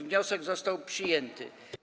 Wniosek został przyjęty.